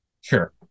Sure